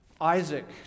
Isaac